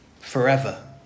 forever